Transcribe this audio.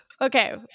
Okay